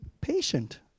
patient